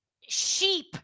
sheep